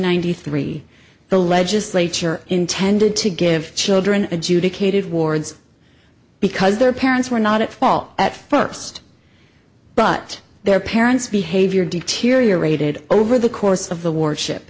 hundred three the legislature intended to give children adjudicated wards because their parents were not at fault at first but their parents behavior deteriorated over the course of the warship